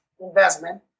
investment